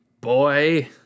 boy